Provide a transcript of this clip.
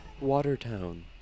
Watertown